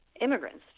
immigrants